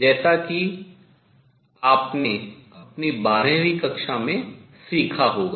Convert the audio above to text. जैसा कि आपने अपनी बारहवीं कक्षा में सीखा होगा